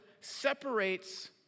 separates